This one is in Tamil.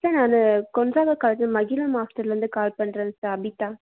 சிஸ்டர் நான் கொன்றானூர் காலேஜ் மகிழம் ஹாஸ்டல்லேருந்து கால் பண்ணுறேன் சிஸ்டர் அபிதா